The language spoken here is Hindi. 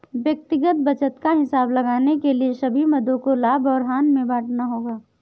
व्यक्तिगत बचत का हिसाब लगाने के लिए सभी मदों को लाभ और हानि में बांटना होगा